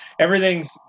Everything's